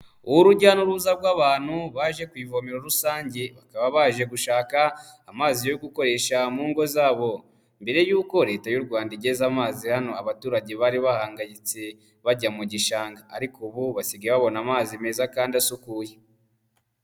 Urujya n'uruza rw'abantu baje ku ivomera rusange, bakaba baje gushaka amazi yo gukoresha mu ngo zabo, mbere y'uko Leta y'u Rwanda igeze amazi hano abaturage bari bahangayitse bajya mu gishanga, ariko ubu basigaye babona amazi meza kandi asukuye.